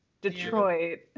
Detroit